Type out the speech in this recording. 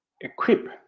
equip